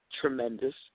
tremendous